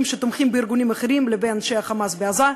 שתומכים בארגונים אחרים לבין אנשי ה"חמאס" בעזה.